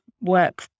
work